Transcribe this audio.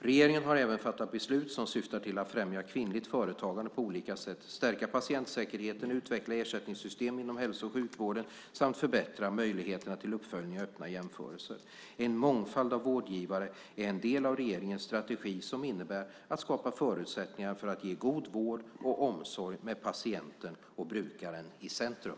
Regeringen har även fattat beslut som syftar till att främja kvinnligt företagande på olika sätt, stärka patientsäkerheten, utveckla ersättningssystem inom hälso och sjukvården samt förbättra möjligheterna till uppföljning och öppna jämförelser. En mångfald av vårdgivare är en del av regeringens strategi som innebär att skapa förutsättningar för att ge en god vård och omsorg med patienten och brukaren i centrum.